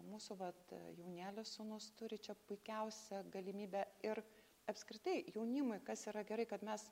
mūsų vat jaunėlis sūnus turi čia puikiausią galimybę ir apskritai jaunimui kas yra gerai kad mes